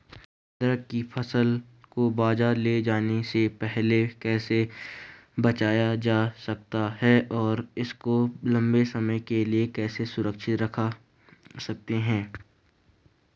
अदरक की फसल को बाज़ार ले जाने से पहले कैसे बचाया जा सकता है और इसको लंबे समय के लिए कैसे सुरक्षित रख सकते हैं?